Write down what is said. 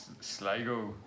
Sligo